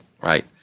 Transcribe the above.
right